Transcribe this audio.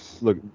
look